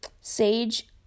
sage